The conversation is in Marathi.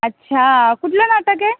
अच्छा कुठलं नाटक आहे